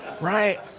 Right